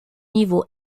niveau